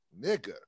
nigga